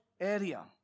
area